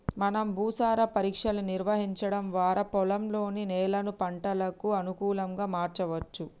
మనం భూసార పరీక్షలు నిర్వహించడం వారా పొలంలోని నేలను పంటలకు అనుకులంగా మార్చవచ్చు